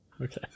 Okay